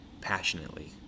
passionately